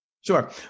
Sure